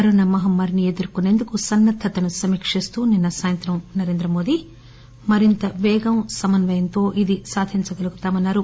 corona మహమ్మారి ఎదుర్కొసేందుకు సన్నద్దతను సమీకిస్తూ నిన్స సాయంత్రం నరేంద్ర మోదీ మరింత పేగం సమన్వయంతో ఇది సాధించగలుగుతామని అన్నారు